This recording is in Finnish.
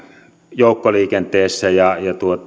joukkoliikenteessä ja